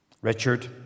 Richard